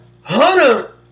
Hunter